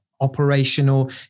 operational